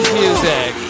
music